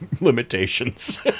limitations